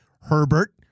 Herbert